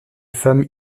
femmes